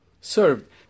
served